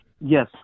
Yes